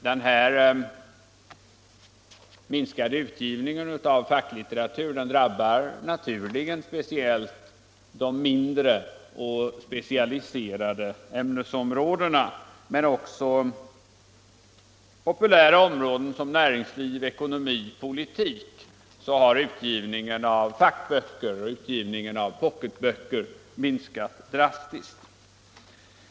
Den minskade utgivningen av facklitteratur drabbar naturligen speciellt de mindre och specialiserade ämnesområdena, men också inom populära områden, som näringsliv, ekonomi, politik, har utgivningen av fackböcker och pocketböcker minskat drastiskt.